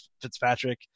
Fitzpatrick